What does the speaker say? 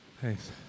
Thanks